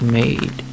made